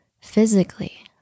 physically